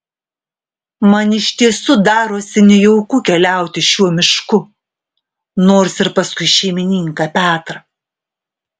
man iš tiesų darosi nejauku keliauti šiuo mišku nors ir paskui šeimininką petrą